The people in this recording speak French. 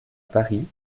paris